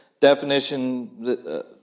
definition